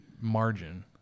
margin